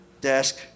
desk